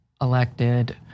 elected